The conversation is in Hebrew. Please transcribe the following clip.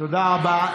תודה רבה.